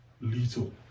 little